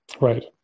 Right